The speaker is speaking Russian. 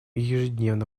ежедневно